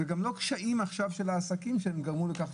זה גם לא קשיים עכשיו של העסקים שהם גרמו לכך.